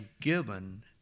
given